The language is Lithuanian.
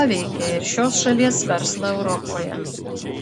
paveikė ir šios šalies verslą europoje